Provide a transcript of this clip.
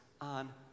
on